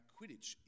Quidditch